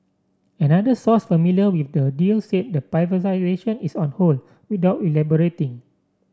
another source familiar with the deal said the privatisation is on hold without elaborating